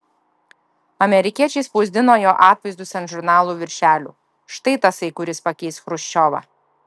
amerikiečiai spausdino jo atvaizdus ant žurnalų viršelių štai tasai kuris pakeis chruščiovą